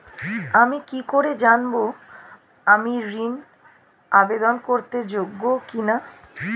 আমি কি করে জানব আমি ঋন আবেদন করতে যোগ্য কি না?